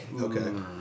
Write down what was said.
Okay